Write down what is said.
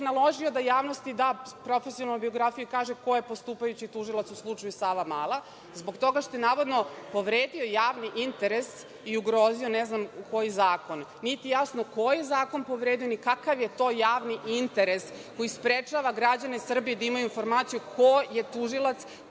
naložio da javnosti da profesionalnu biografiju i kaže ko je postupajući tužilac u slučaju „Savamala“ zbog toga što je navodno povredio javni interes i ugrozio ne znam koji zakon. Nije jasno ni koji je zakon povredio ni kakav je to javni interes koji sprečava građane Srbije da imaju informaciju ko je tužilac,